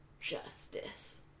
justice